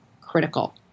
critical